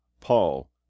Paul